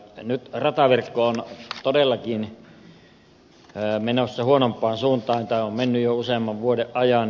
nyt rataverkko on todellakin menossa huonompaan suuntaan tai on mennyt jo useamman vuoden ajan